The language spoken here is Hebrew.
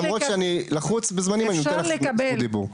למרות שאני לחוץ בזמנים אני נותן לך את זכות הדיבור.